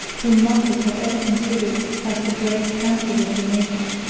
whom marcus had ever considered as the great council of the nation,